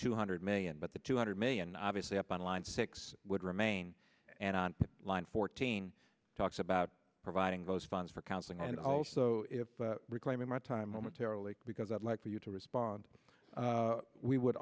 two hundred million but the two hundred million obviously up on line six would remain and on line fourteen talks about providing those funds for counseling and also reclaiming my time momentarily because i'd like for you to respond we would